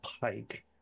pike